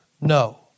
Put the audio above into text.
no